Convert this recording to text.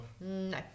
No